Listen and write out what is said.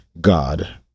God